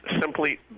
simply